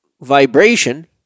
vibration